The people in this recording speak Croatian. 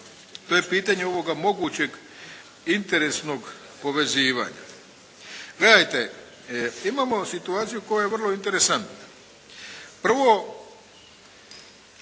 to je pitanje ovoga mogućeg interesnog povezivanja. Gledajte, imamo situaciju koja je vrlo interesantna. Prvo